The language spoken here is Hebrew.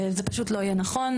זה פשוט לא יהיה נכון,